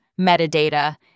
metadata